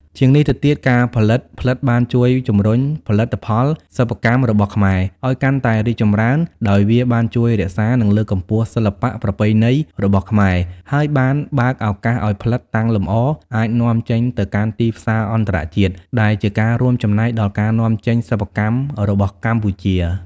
ជាងនេះទៅទៀត ការផលិតផ្លិតបានជួយ ជំរុញផលិតផលសិប្បកម្មរបស់ខ្មែរ ឲ្យកាន់តែរីកចម្រើន ដោយវាបានជួយរក្សា និងលើកកម្ពស់សិល្បៈប្រពៃណីរបស់ខ្មែរ ហើយបានបើកឱកាសឲ្យផ្លិតតាំងលម្អអាច នាំចេញទៅកាន់ទីផ្សារអន្តរជាតិ ដែលជាការរួមចំណែកដល់ការនាំចេញសិប្បកម្មរបស់កម្ពុជា។